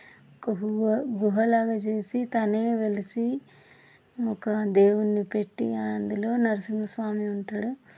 ఒక గుహ గుహలాగా చేసి తనే వెలిసి ఒక దేవుణ్ణి పెట్టి అందులో నరసింహస్వామి ఉంటాడు